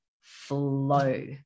flow